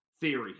theory